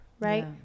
right